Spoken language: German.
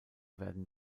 werden